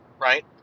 right